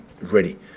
ready